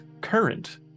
current